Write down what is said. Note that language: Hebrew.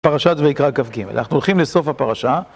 פרשת ויקרא כ"ג, אנחנו הולכים לסוף הפרשה